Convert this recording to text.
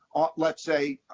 let's say,